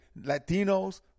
Latinos